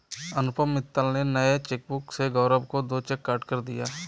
अनुपम मित्तल ने नए चेकबुक से गौरव को दो चेक काटकर दिया